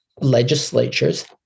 legislatures